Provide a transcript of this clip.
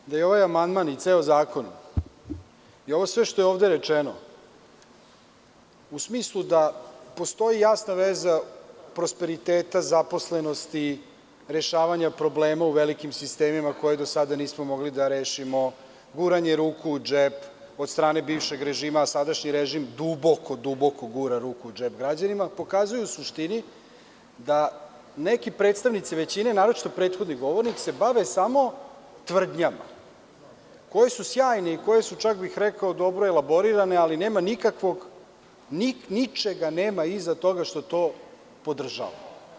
Mislim da je ovaj amandman i ceo zakon i ovo sve što je ovde rečeno u smislu da postoji jasna veza prosperiteta zaposlenosti, rešavanja problema u velikim sistemima koje do sada nismo mogli da rešimo, guranje ruku u džep od strane bivšeg režima, a sadašnji režim duboko, duboko gura ruku u džep građanima, pokazuje u suštini da neki predstavnici većine, naročito prethodni govornici, se bave samo tvrdnjama koje su sjajne i koje su, čak bih rekao, dobro elaborirane, ali ničega nema iza toga što to podržava.